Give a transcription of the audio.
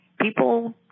people